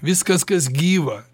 viskas kas gyva